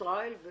ישראל.